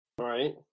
Right